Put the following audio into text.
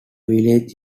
village